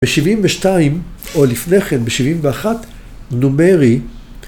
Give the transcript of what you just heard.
בשבעים ושתיים, או לפני כן בשבעים ואחת, נומרי